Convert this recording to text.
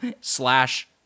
slash